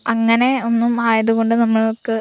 അങ്ങനെ ഒന്നും ആയതുകൊണ്ട് നമുക്ക്